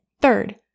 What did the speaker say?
Third